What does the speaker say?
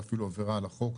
זה אפילו עבירה על החוק,